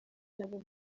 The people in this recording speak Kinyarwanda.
nabo